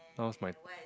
now is my